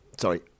sorry